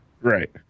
right